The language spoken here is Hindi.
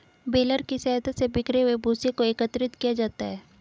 बेलर की सहायता से बिखरे हुए भूसे को एकत्रित किया जाता है